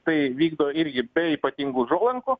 tai vykdo irgi be ypatingų užuolankų